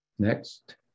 Next